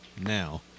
Now